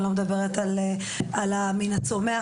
אני לא מדברת על מן הצומח,